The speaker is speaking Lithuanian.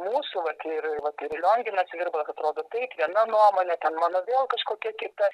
mūsų vat ir vat ir lionginas virbalas atrodo taip viena nuomonė ten mano vėl kažkokia kita